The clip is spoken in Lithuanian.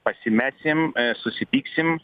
pasimesim susipyksim